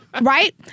right